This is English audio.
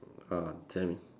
ah damn it